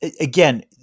again